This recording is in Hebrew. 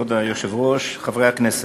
כבוד היושב-ראש, חברי הכנסת,